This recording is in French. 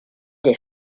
des